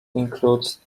includes